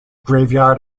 graveyard